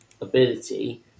ability